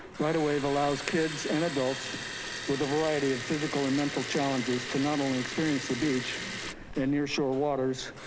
ride a wave allows kids and adults with a variety of physical and mental challenges to not only experience the beach and nearshore waters,